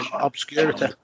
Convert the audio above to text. obscurity